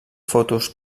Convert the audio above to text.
fotos